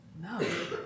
No